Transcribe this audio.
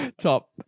top